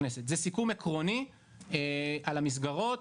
סיכום עקרוני על המסגרות.